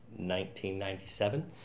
1997